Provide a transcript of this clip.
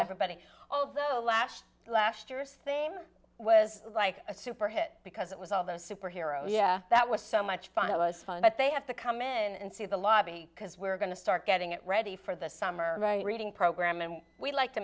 everybody although lash last year's theme was like a super hit because it was all those superhero yeah that was so much fun it was fun but they have to come in and see the lobby because we're going to start getting it ready for the summer right reading program and we like to